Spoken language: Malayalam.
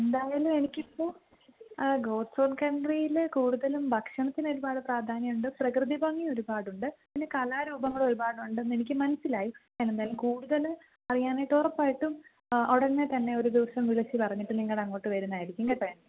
എന്തായാലും എനിക്ക് ഇപ്പോൾ ഗോഡ്സ് ഓൺ കൺട്രിയിൽ കൂടുതലും ഭക്ഷണത്തിന് ഒരുപാട് പ്രാധാന്യമുണ്ട് പ്രകൃതിഭംഗി ഒരുപാടുണ്ട് പിന്നെ കലാരൂപങ്ങൾ ഒരുപാട് ഉണ്ടെന്ന് എനിക്ക് മനസ്സിലായി ഞാൻ എന്തായാലും കൂടുതൽ അറിയാനായിട്ട് ഉറപ്പായിട്ടും ഉടനെ തന്നെ ഒരു ദിവസം വിളിച്ച് പറഞ്ഞിട്ട് നിങ്ങളുടെ അങ്ങോട്ട് വരുന്നതായിരിക്കും കേട്ടോ യ്